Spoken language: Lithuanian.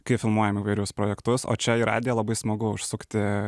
kai filmuojam įvairius projektus o čia į radiją labai smagu užsukti